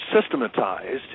systematized